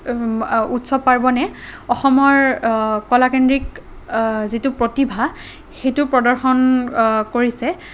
উৎচৱ পাৰ্বণে অসমৰ কলাকেন্দ্ৰিক যিটো প্ৰতিভা সেইটো প্ৰদৰ্শন কৰিছে